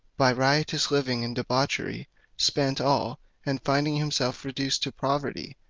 by riotous living and debauchery' spent all and finding himself reduced to poverty,